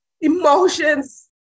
emotions